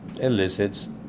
elicits